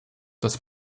das